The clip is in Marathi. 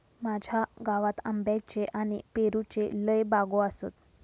माझ्या गावात आंब्याच्ये आणि पेरूच्ये लय बागो आसत